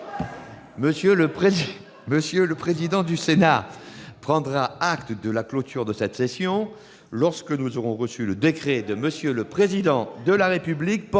M. le président du Sénat prendra acte de la clôture de cette session lorsque nous aurons reçu le décret de M. le Président de la République